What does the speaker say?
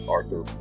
Arthur